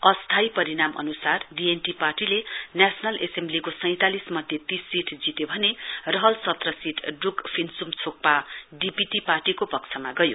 अस्थायी परिणाम अन्सार डीएनटी पार्टीले नेशनल एसेम्वलीको सैतालिस मध्ये तीस सीट जित्यो भने रहल सत्र सीट ड्रूक फिन्सुम छोग्पा डीपीटी पार्टीको पक्षमा गयो